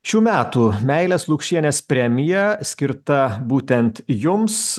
šių metų meilės lukšienės premija skirta būtent jums